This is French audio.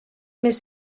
mes